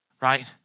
Right